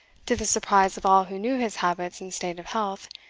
to the surprise of all who knew his habits and state of health,